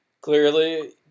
clearly